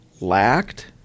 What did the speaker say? lacked